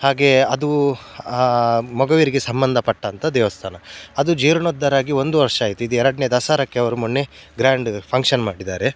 ಹಾಗೇ ಅದು ಆ ಮೊಗವೀರರಿಗೆ ಸಂಬಂಧಪಟ್ಟಂಥ ದೇವಸ್ಥಾನ ಅದು ಜೀರ್ಣೋದ್ಧಾರ ಆಗಿ ಒಂದು ವರ್ಷ ಆಯಿತು ಇದು ಎರಡನೇ ದಸರಾಕ್ಕೆ ಅವರು ಮೊನ್ನೆ ಗ್ರ್ಯಾಂಡ ಫಂಕ್ಷನ್ ಮಾಡಿದ್ದಾರೆ